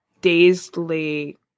dazedly